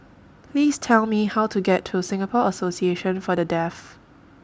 Please Tell Me How to get to Singapore Association For The Deaf